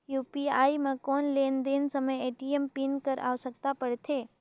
UPI म कौन लेन देन समय ए.टी.एम पिन कर आवश्यकता पड़थे?